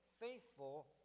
faithful